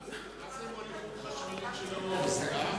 מה זו מוליכות חשמלית של העור?